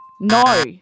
No